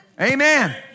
Amen